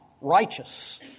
righteous